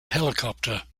helicopter